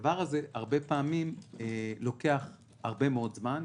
והדבר הזה הרבה פעמים לוקח הרבה מאוד זמן.